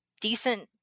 decent